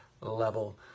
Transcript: level